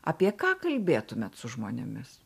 apie ką kalbėtumėt su žmonėmis